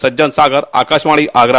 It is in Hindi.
सज्जन सागर आकाशवाणी आगरा